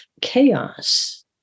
chaos